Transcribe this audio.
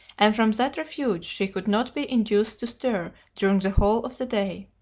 and from that refuge she could not be induced to stir during the whole of the day.